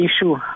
issue